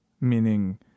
meaning